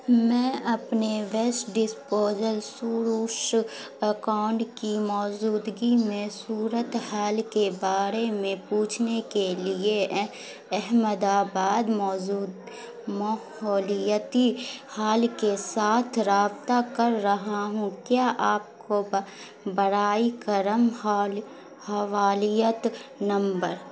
میں اپنے waste disposal سوروش اکاؤنٹ کی موجودگی میں صورت حال کے بارے میں پوچھنے کے لیے احمد آباد ماحولیتی حال کے ساتھ رابطہ کر رہا ہوں کیا آپ کو برائے کرم حوالیت نمبر